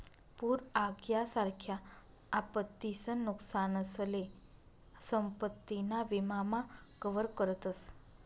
पूर आग यासारख्या आपत्तीसन नुकसानसले संपत्ती ना विमा मा कवर करतस